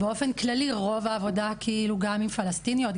באופן כללי רוב העבודה גם עם פלסטיניות,